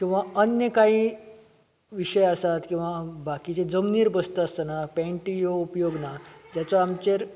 किंवा अन्य काही विशय आसात किंवा बाकीचे जमनीर बसता आसतना पेंटी ह्यो उपयोग ना जाचो आमचेर